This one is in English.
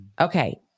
Okay